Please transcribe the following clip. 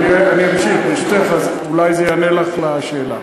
אני אמשיך, ברשותך, אולי זה יענה לך על השאלה.